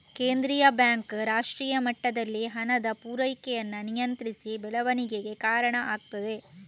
ಕೇಂದ್ರೀಯ ಬ್ಯಾಂಕ್ ರಾಷ್ಟ್ರೀಯ ಮಟ್ಟದಲ್ಲಿ ಹಣದ ಪೂರೈಕೆಯನ್ನ ನಿಯಂತ್ರಿಸಿ ಬೆಳವಣಿಗೆಗೆ ಕಾರಣ ಆಗ್ತದೆ